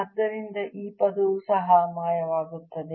ಆದ್ದರಿಂದ ಈ ಪದವು ಸಹ ಮಾಯವಾಗುತ್ತದೆ